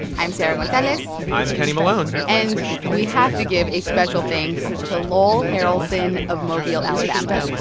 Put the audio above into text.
i'm sarah gonzalez i'm kind of malone and we have to give a special thanks to lowell harrelson of mobile, ala. but um ah